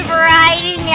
Variety